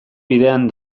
bidean